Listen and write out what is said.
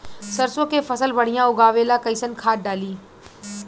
सरसों के फसल बढ़िया उगावे ला कैसन खाद डाली?